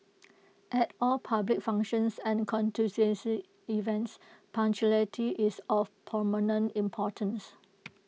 at all public functions and events punctuality is of paramount importance